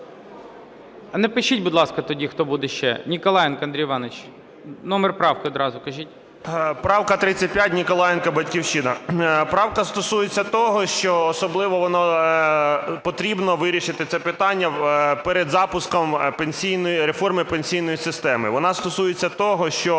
Напишіть, будь ласка, тоді, хто буде ще. Ніколаєнко Андрій Іванович, номер правки одразу кажіть. 11:10:29 НІКОЛАЄНКО А.І. Правка 35, Ніколаєнко, "Батьківщина". Правка стосується того, що особливо потрібно вирішити це питання перед запуском реформи пенсійної системи. Вона стосується того, що